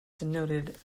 denoted